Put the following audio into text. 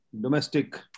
domestic